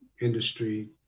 industry